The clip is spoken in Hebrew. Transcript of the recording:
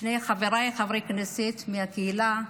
שני חבריי, חברי כנסת מהקהילה,